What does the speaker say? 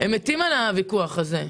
הם מתים על הוויכוח הזה.